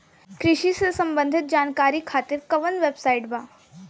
कृषि से संबंधित जानकारी खातिर कवन वेबसाइट बा?